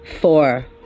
four